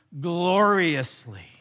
gloriously